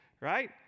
right